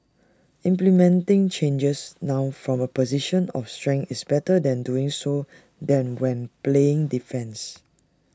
implementing changes now from A position of strength is better than doing so than when playing defence